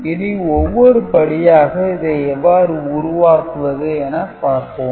இனி ஒவ்வொரு படியாக இதை எவ்வாறு உருவாக்குவது என பார்ப்போம்